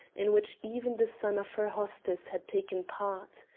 in which even the son of her hostess had taken part?